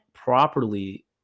properly